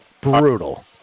Brutal